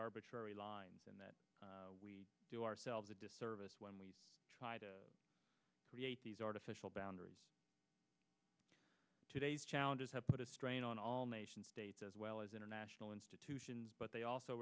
arbitrary lines and that we do ourselves a disservice when we try to create these artificial boundaries today's challenges have put a strain on all nation states as well as international institutions but they also